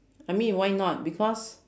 I mean why not because